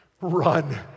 Run